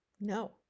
No